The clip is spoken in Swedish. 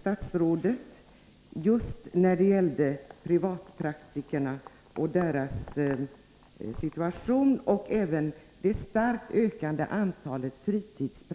statsrådet just beträffande privatpraktikerna och deras situation samt beträffande det starkt ökande antalet fritidspraktiker.